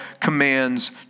commands